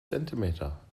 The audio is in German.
zentimeter